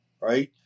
right